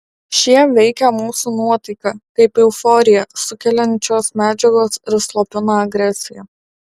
šie veikia mūsų nuotaiką kaip euforiją sukeliančios medžiagos ir slopina agresiją